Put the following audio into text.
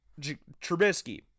Trubisky